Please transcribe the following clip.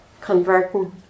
converting